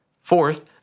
Fourth